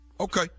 Okay